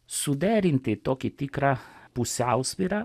suderinti tokį tikrą pusiausvyrą